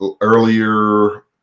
earlier